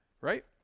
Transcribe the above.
right